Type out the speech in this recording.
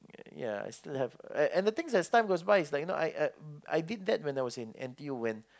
ya I still have and and the thing that as time goes by it's like you know I uh I did that when I was N_T_U when